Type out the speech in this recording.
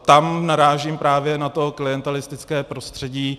Tam narážím právě na to klientelistické prostředí.